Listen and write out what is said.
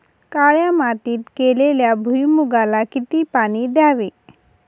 काळ्या मातीत केलेल्या भुईमूगाला किती पाणी द्यावे?